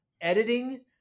editing